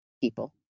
people